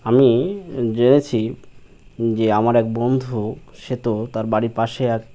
আমি জেনেছি যে আমার এক বন্ধু সে তো তার বাড়ির পাশে এক